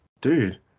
dude